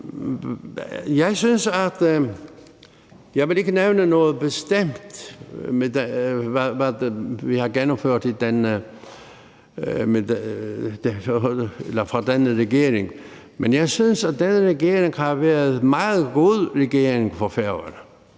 af udvalget. Jeg vil ikke nævne noget bestemt, i forhold til hvad der er blevet gennemført af denne regering, men jeg synes, at denne regering har været en meget god regering for Færøerne